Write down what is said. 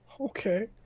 Okay